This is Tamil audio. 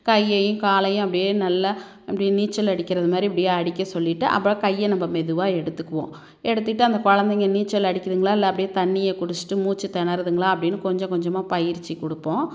கையையும் காலையும் அப்படியே நல்லா அப்படி நீச்சல் அடிக்கிறது மாதிரி இப்படியே அடிக்க சொல்லிட்டு அப்புறம் கையை நம்ம மெதுவாக எடுத்துக்குவோம் எடுத்துக்கிட்டு அந்த கொழந்தைங்க நீச்சல் அடிக்குதுங்களா இல்லை அப்படியே தண்ணியை குடிச்சுட்டு மூச்சு திணறுதுங்களா அப்படின்னு கொஞ்சம் கொஞ்சமாக பயிற்சி கொடுப்போம்